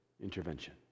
intervention